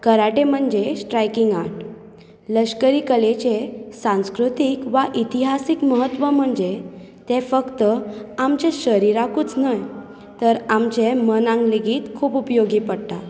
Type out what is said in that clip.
karate म्हणजे striking art लश्करी कलेचें सांस्कृतीक वा इतिहासीक म्हत्व म्हणजे तें फक्त आमचें शरिराकूच न्हय तर आमचें मनांक लेगीत खूब उपयोगी पडटा